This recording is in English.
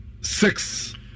six